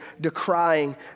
decrying